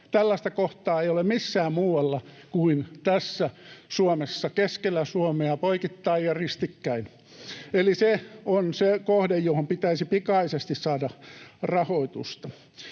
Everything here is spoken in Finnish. Tällaista kohtaa ei ole Suomessa missään muualla kuin tässä, keskellä Suomea poikittain ja ristikkäin. Eli se on se kohde, johon pitäisi pikaisesti saada rahoitusta.